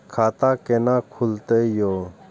खाता केना खुलतै यो